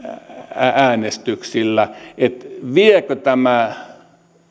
äänestyksillä viekö tämä